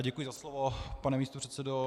Děkuji za slovo, pane místopředsedo.